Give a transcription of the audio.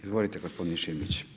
Izvolite gospodine Šimić.